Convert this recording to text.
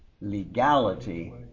Legality